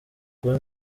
kuba